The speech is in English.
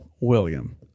William